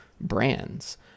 brands